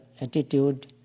attitude